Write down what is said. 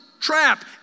Trap